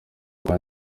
urugo